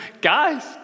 guys